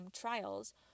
trials